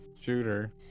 Shooter